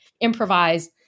improvise